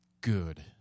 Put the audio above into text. good